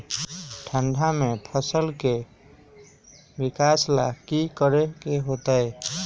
ठंडा में फसल के विकास ला की करे के होतै?